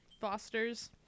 fosters